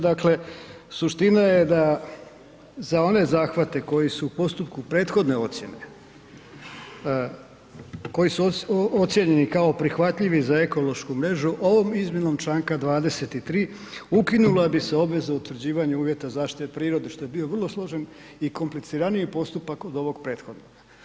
Dakle suština je da za one zahvate koji su u postpuku prethodne ocjene, koji su ocjenjeni kao prihvatljivi za ekološku mrežu ovom izmjenom članka 23. ukinula bi se obveza utvrđivanja uvjeta zaštite prirode što je bio vrlo složen i kompliciraniji postupak od ovog prethodnog.